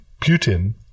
Putin